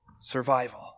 Survival